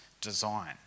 design